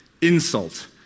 insult